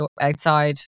outside